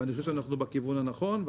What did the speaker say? ואני חושב שאנחנו בכיוון הנכון.